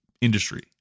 industry